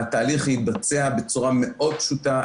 התהליך יתבצע בצורה מאוד פשוטה,